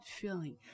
feeling